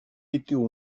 étaient